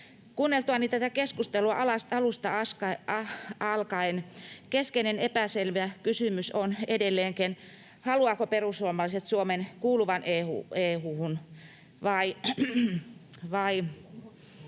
Kuunneltuani tätä keskustelua alusta alkaen keskeinen epäselvä kysymys on edelleenkin, haluavatko perussuomalaiset Suomen kuuluvan EU:hun ja